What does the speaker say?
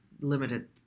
limited